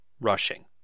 rushing